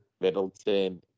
Middleton –